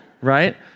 Right